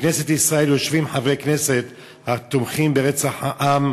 בכנסת ישראל יושבים חברי כנסת התומכים ברצח העם,